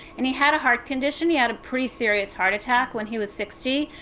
and he had a heart condition. he had a pretty serious heart attack when he was sixty,